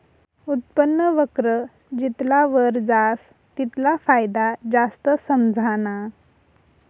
उत्पन्न वक्र जितला वर जास तितला फायदा जास्त समझाना